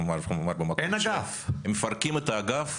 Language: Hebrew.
הם מפרקים את האגף,